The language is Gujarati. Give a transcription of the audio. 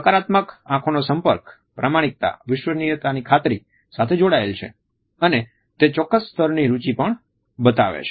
સકારાત્મક આંખોનો સંપર્ક પ્રમાણિકતા વિશ્વનીયતાની ખાતરી સાથે જોડાયેલું છે અને તે ચોક્ક્સ સ્તરની રુચિ પણ બતાવે છે